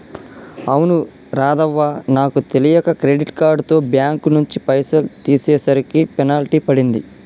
అవును రాధవ్వ నాకు తెలియక క్రెడిట్ కార్డుతో బ్యాంకు నుంచి పైసలు తీసేసరికి పెనాల్టీ పడింది